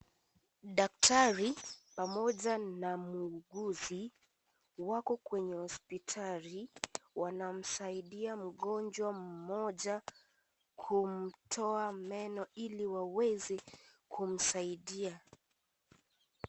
Daktari pamoja na muguzi, wako kwenye hsopitali wanamsaidia mgonjwa mmoja kumtoa meno ili waweze kumsaidia.